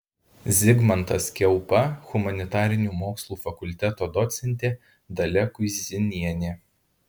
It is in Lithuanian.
zigmantas kiaupa humanitarinių mokslų fakulteto docentė dalia kuizinienė